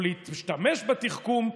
או להשתמש בתחכום,